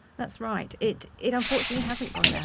that's right, it it unfortunately hasn't gone down,